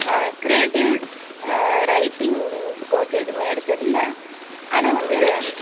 creative writing course எதுவுமே எடுத்ததில்லை ஆனால் வந்து